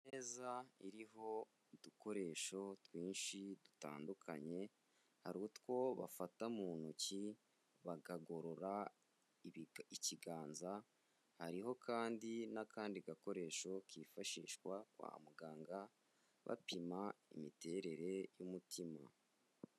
Ni imeza iriho udukoresho twinshi dutandukanye, hari utwo bafata mu ntoki bakagorora ikiganza, hariho kandi n'akandi gakoresho kifashishwa kwa muganga bapima imiterere y'umutima.